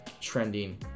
trending